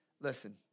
listen